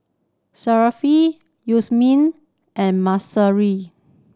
Syafiq Yasmin and Mahsuri